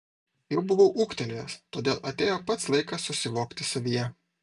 jau buvau ūgtelėjęs todėl atėjo pats laikas susivokti savyje